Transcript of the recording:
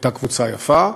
הייתה קבוצה יפה.